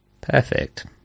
Perfect